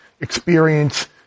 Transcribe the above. experience